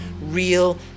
real